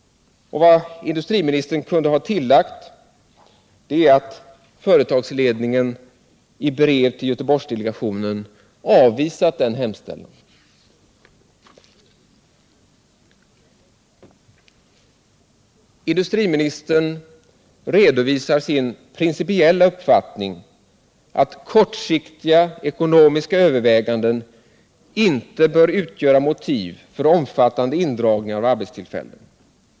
Vad industriministern kunde ha tillagt är att företagsledningen i brev till Göteborgsdelegationen har avvisat denna hemställan. Industriministern redovisar sin principiella uppfattning att ”kortsiktiga ekonomiska överväganden inte bör utgöra motiv för omfattande indragning av arbetstillfällen.